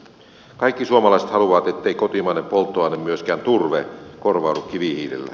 kaikki suomalaiset haluavat ettei kotimainen polttoaine myöskään turve korvaudu kivihiilellä